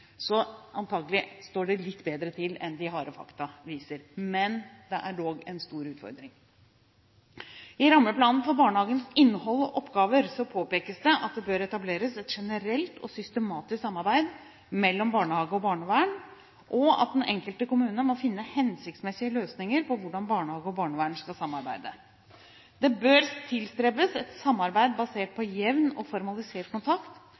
Så antakelig står det litt bedre til enn de harde fakta viser, men det er dog en stor utfordring. I rammeplanen for barnehagens innhold og oppgaver påpekes det at det bør etableres et generelt og systematisk samarbeid mellom barnehage og barnevern, og at den enkelte kommune må finne hensiktsmessige løsninger på hvordan barnehage og barnevern skal samarbeide. Det bør tilstrebes et samarbeid basert på jevn og formalisert kontakt,